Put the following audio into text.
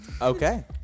Okay